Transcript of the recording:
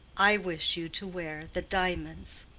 i wish you to wear the diamonds.